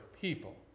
people